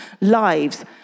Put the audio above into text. lives